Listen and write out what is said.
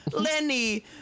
Lenny